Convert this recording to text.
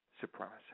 supremacy